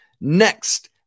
Next